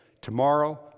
tomorrow